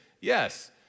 yes